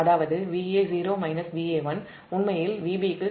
அதாவது Va0 Va1 உண்மையில் Vb க்கு சமம்